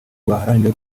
baharanire